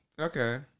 Okay